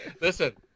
Listen